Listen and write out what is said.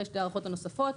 אחרי שתי ההארכות הנוספות,